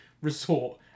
resort